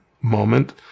moment